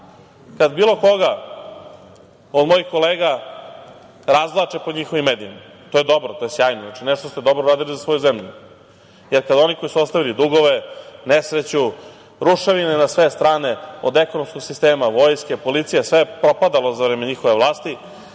kada bilo koga od mojih kolega razvlače po njihovim medijima. To je dobro, to je sjajno, znači, nešto ste dobro uradili za svoju zemlju. Jer kada oni koji su ostavili dugove, nesreću, ruševine na sve strane od ekonomskog sistema, vojske, policije, sve je propadalo za vreme njihove vlasti,